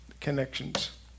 connections